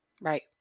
Right